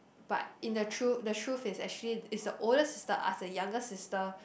but in a true the truth is actually is the older sister ask the younger sister